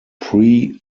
pre